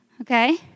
Okay